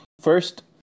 first